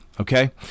Okay